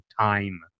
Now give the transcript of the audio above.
time